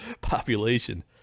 population